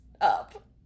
Up